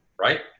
right